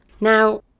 Now